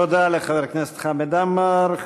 תודה לחבר הכנסת חמד עמאר.